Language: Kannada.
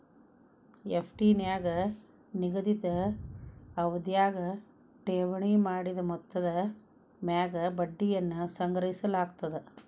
ಎಫ್.ಡಿ ನ್ಯಾಗ ನಿಗದಿತ ಅವಧ್ಯಾಗ ಠೇವಣಿ ಮಾಡಿದ ಮೊತ್ತದ ಮ್ಯಾಗ ಬಡ್ಡಿಯನ್ನ ಸಂಗ್ರಹಿಸಲಾಗ್ತದ